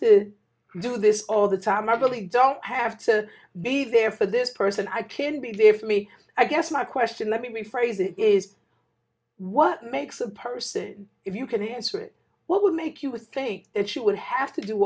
to do this all the time i believe don't have to be there for this person i can believe me i guess my question let me rephrase it is what makes a person if you can answer it what would make you would think that she would have to do